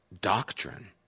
doctrine